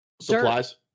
Supplies